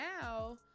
now